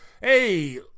hey